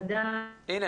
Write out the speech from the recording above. --- כל העניין